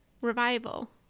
revival